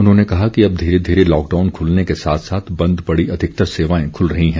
उन्होंने कहा कि अब धीरे धीरे लॉकडाउन खुलने के साथ साथ बंद पड़ी अधिकतर सेवाएं खुल रही हैं